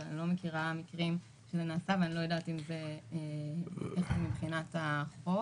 אבל אני לא מכירה מקרים שזה נעשה ואני לא יודעת איך זה מבחינת החוק